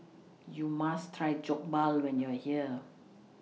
YOU must Try Jokbal when YOU Are here